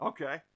Okay